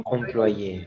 Employé